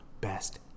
best